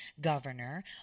governor